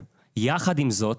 יחד עם זאת,